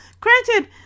granted